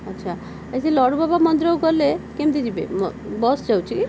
ଆଚ୍ଛା ଏ ଯେଉଁ ଲଡ଼ୁବାବା ମନ୍ଦିରକୁ ଗଲେ କେମିତି ଯିବେ ବସ୍ ଯାଉଛି କି